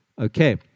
Okay